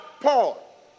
Paul